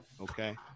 Okay